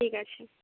ঠিক আছে